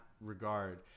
regard